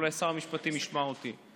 אולי שר המשפטים ישמע אותי,